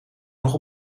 nog